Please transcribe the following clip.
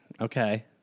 Okay